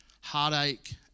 heartache